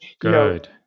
good